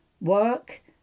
work